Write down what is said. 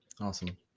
Awesome